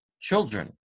children